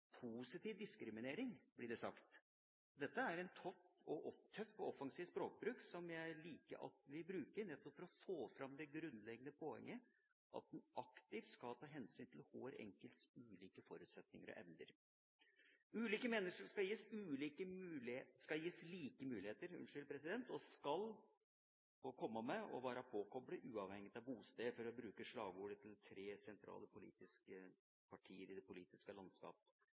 positiv diskriminering, blir det sagt. Dette er en tøff og offensiv språkbruk som jeg liker at vi bruker, nettopp for å få fram det grunnleggende poenget, at vi aktivt skal ta hensyn til hver enkelts ulike forutsetninger og evner. Ulike mennesker skal gis like muligheter, de skal få komme med og være påkoblet uavhengig av bosted, for å bruke slagordet til tre sentrale politiske partier i det politiske